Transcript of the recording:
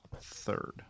Third